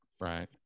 right